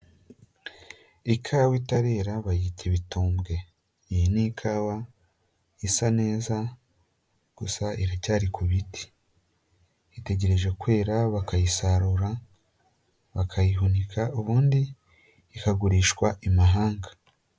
Ikawa itarera bayita ibitumbwe. Iyi ni ikawa isa neza, gusa iracyari ku biti, itegereje kwera bakayisarura bakayihunika, ubundi ikagurishwa imahanga.